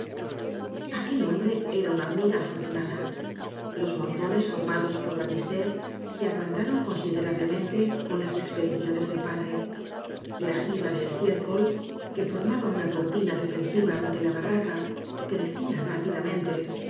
aquel hombre era una hormiga afortu nada los montones formados por batistet se agrandaron considerablemente con las ex pediciones del padre la giba de estiércol que formaba una cortina defensiva ante la barraca crecía